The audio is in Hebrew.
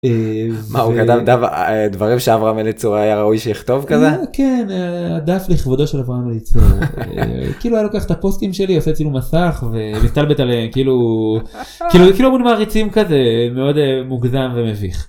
דברים שעברה מליצור היה ראוי שיכתוב כזה. כן הדף לכבודו של עברה מליצור כאילו היה לוקח את הפוסטים שלי עושה צילום מסך ומסתלבט עליהם כאילו כאילו כאילו עמוד מעריצים כזה מאוד מוגזם ומביך.